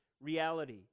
reality